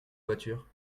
voiture